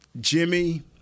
Jimmy